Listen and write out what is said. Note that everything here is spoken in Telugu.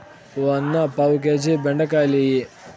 ఓ అన్నా, పావు కేజీ బెండకాయలియ్యి